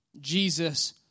Jesus